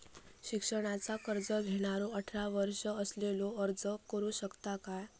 शिक्षणाचा कर्ज घेणारो अठरा वर्ष असलेलो अर्ज करू शकता काय?